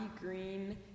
Green